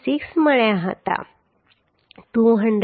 6 મળ્યા હતા 231